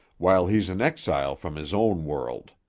while he's an exile from his own world.